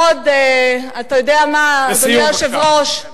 עוד, אתה יודע מה, אדוני היושב-ראש?